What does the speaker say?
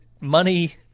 money